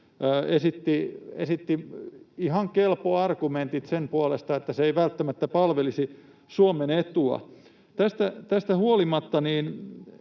esitti ihan kelpo argumentit sen puolesta, että se ei välttämättä palvelisi Suomen etua. Tästä huolimatta